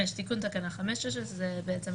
5. תיקון תקנה 5, זה בעצם